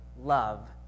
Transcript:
love